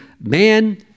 man